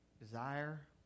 desire